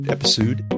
Episode